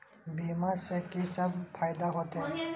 बीमा से की सब फायदा होते?